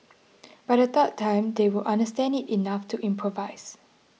by the third time they will understand it enough to improvise